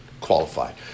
Qualified